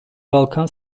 balkan